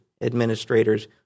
administrators